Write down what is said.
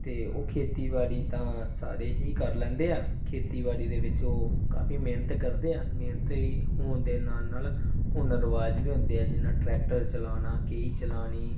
ਅਤੇ ਉਹ ਖੇਤੀਬਾੜੀ ਤਾਂ ਸਾਰੇ ਹੀ ਕਰ ਲੈਂਦੇ ਆ ਖੇਤੀਬਾੜੀ ਦੇ ਵਿੱਚ ਉਹ ਕਾਫੀ ਮਿਹਨਤ ਕਰਦੇ ਆ ਮਿਹਨਤੀ ਹੋਣ ਦੇ ਨਾਲ ਨਾਲ ਹੁਨਰਬਾਜ਼ ਵੀ ਹੁੰਦੇ ਆ ਜਿਹਨਾਂ ਟਰੈਕਟਰ ਚਲਾਉਣਾ ਕਹੀ ਚਲਾਉਣੀ